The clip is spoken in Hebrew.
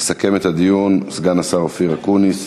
יסכם את הדיון סגן השר אופיר אקוניס.